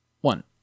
one